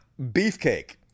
beefcake